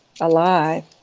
alive